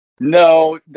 No